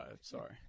Sorry